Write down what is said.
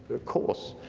of course.